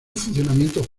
funcionamiento